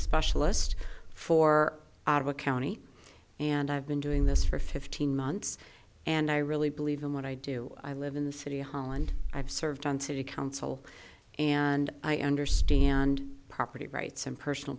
specialist for out of a county and i've been doing this for fifteen months and i really believe in what i do i live in the city hall and i've served on city council and i understand property rights and personal